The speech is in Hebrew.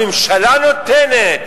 הממשלה נותנת,